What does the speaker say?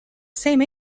same